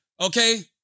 okay